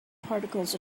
particles